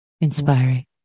Inspiring